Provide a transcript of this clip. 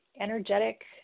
energetic